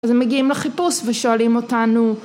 אז הם מגיעים לחיפוש ושואלים אותנו